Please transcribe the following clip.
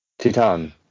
Titan